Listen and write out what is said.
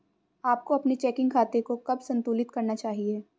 आपको अपने चेकिंग खाते को कब संतुलित करना चाहिए?